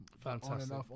Fantastic